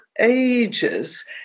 ages